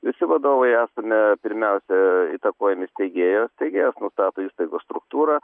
visi vadovai esame pirmiausia įtakojami steigėjo steigėjas nustato įstaigos struktūrą